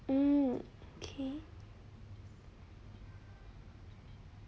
mm K